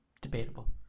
debatable